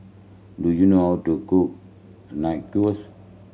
do you know how to cook Nachos